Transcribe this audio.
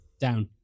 Down